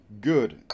good